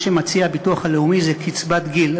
מה שמציע הביטוח הלאומי זה קצבת גיל.